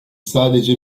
sadece